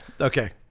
Okay